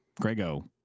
Grego